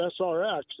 srx